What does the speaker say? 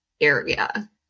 area